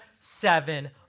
seven